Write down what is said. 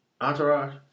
Entourage